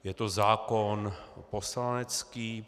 Je to zákon poslanecký.